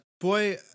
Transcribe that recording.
boy